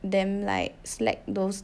damn like slack those